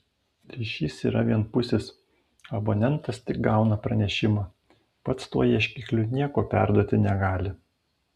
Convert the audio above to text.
ryšys yra vienpusis abonentas tik gauna pranešimą pats tuo ieškikliu nieko perduoti negali